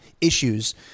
issues